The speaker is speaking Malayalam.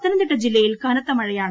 പത്തനംതിട്ട ജില്ലയിൽ കനത്ത മഴയാണ്